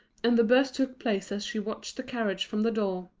and the burst took place as she watched the carriage from the door.